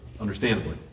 understandably